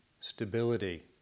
stability